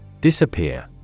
disappear